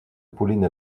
pauline